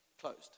closed